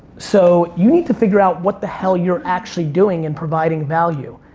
so, you need to figure out what the hell you're actually doing in providing value.